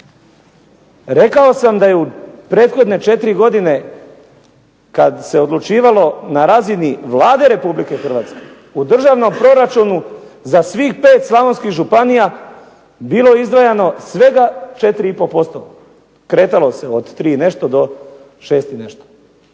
Rekao sam da se u prethodne 4 godine kada se odlučivalo na razini Vlada Republike Hrvatske u državnom proračunu za svih 5 slavonskih županija bilo izdvajano svega 4,5%, kretalo se od tri i nešto